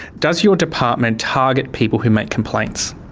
does your department target people who make complaints?